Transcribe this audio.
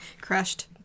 Crushed